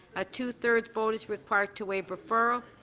a two thirds vote is required to waive referral.